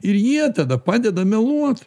ir jie tada padeda meluot